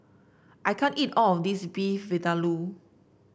I can't eat all of this Beef Vindaloo